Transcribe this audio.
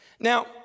Now